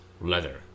leather